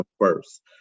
first